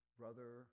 brother